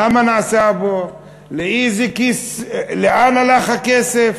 למה נעשה הבור, לאן הלך הכסף,